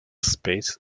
space